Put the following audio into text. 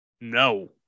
No